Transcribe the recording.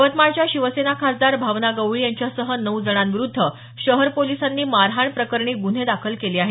यवतमाळच्या शिवसेना खासदार भावना गवळी यांच्यासह नऊ जणांविरुद्ध शहर पोलिसांनी मारहाणप्रकरणी गुन्हे दाखल केले आहेत